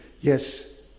Yes